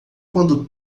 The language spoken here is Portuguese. quando